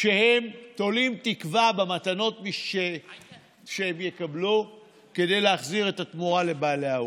כשהם תולים תקווה במתנות שהם יקבלו כדי להחזיר את התמורה לבעלי האולם.